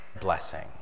blessing